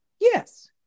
Yes